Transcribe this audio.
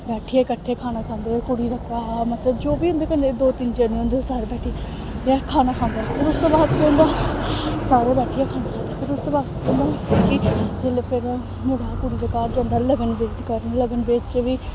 बैठियै कट्ठे खाना खांदे कुड़ी दा भ्राऽ मतलब जो बी उं'दे कन्नै दो तिन्न जने होंदे ओह् सारे बैठियै केह् करदे खाना खांदे न फिर उसतों बाद केह् होंदा सारे बैठियै खाना खांदे फिर उसतों बाद केह् होंदा कि जिल्लै फिर मुड़ा कुड़ी दे घर जंदा लगन वेदी करन लगन वेद च बी